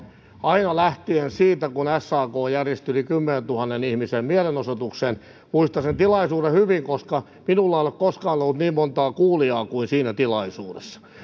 aina lähtien siitä kun sak järjesteli kymmenentuhannen ihmisen mielenosoituksen muistan sen tilaisuuden hyvin koska minulla ei ole koskaan ollut niin monta kuulijaa kuin siinä tilaisuudessa